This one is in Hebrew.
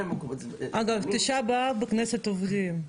אגב, בתשעה באב בכנסת עובדים.